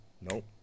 nope